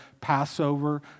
Passover